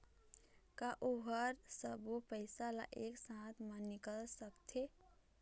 का ओ हर सब्बो पैसा ला एक साथ म निकल सकथे?